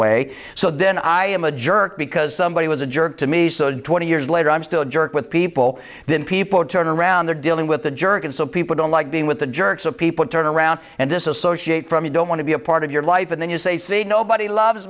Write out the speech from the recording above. way so then i am a jerk because somebody was a jerk to me so twenty years later i'm still a jerk with people then people turn around they're dealing with the jerk and so people don't like being with the jerks of people turn around and disassociate from you don't want to be a part of your life and then you say see nobody loves